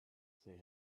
say